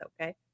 okay